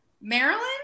Maryland